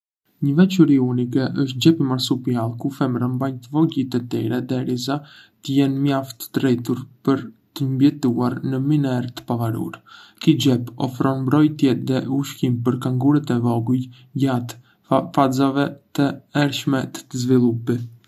Një veçori unike është xhepi marsupial ku femrat mbajnë të vogjlit e tyre derisa të jenë mjaft të rritur për të mbijetuar në mënyrë të pavarur. Ky xhep ofron mbrojtje dhe ushqim për kangurët e vogël gjatë fazave të hershme të zvëlupi.